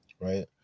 right